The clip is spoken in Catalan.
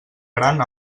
gran